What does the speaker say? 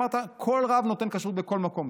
אמרת: כל רב נותן כשרות בכל מקום.